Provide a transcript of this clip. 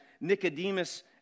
nicodemus